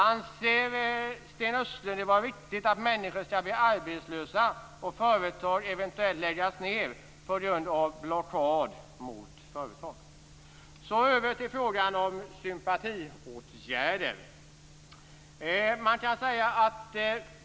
Anser Sten Östlund att det är riktigt att människor skall bli arbetslösa och att företag eventuellt skall läggas ned på grund av blockad av företag? Jag skall därefter gå över till frågan om sympatiåtgärder.